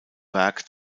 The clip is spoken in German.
werk